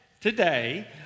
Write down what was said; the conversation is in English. today